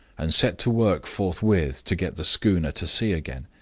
and set to work forthwith to get the schooner to sea again.